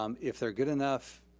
um if they're good enough,